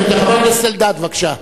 חבר הכנסת אלדד, בבקשה.